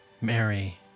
Mary